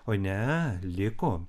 oi ne liko